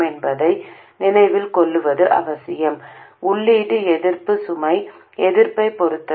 எனவே பல முறை நீங்கள் இந்த தடையையும் பயன்படுத்துகிறீர்கள்